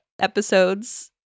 episodes